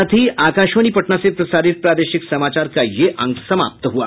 इसके साथ ही आकाशवाणी पटना से प्रसारित प्रादेशिक समाचार का ये अंक समाप्त हुआ